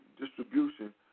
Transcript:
distribution